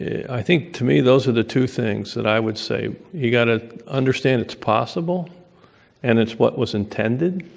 i think to me those are the two things that i would say you've got to understand it's possible and it's what was intended,